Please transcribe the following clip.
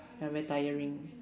ya very tiring